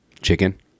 Chicken